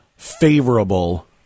favorable